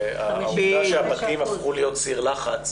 זה העובדה שהבתים הפכו להיות סיר לחץ,